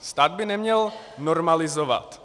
Stát by neměl normalizovat.